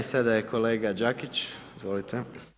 Sada je kolega Đakić, izvolite.